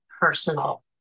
personal